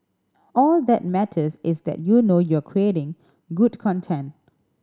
all that matters is that you know you're creating good content